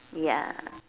ya